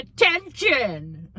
attention